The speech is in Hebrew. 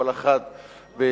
כל אחד ביישובו,